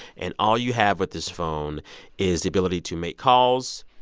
and all you have with this phone is the ability to make calls,